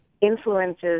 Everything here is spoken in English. influences